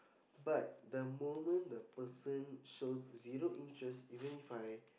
but the moment the person shows zero interest even If I